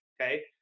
okay